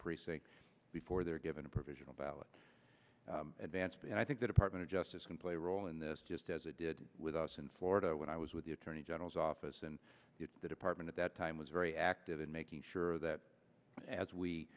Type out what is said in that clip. precinct before they're given a provisional ballot advanced and i think the department of justice can play a role in this just as it did with us in florida when i was with the attorney general's office and the department at that time was very active in making sure that as we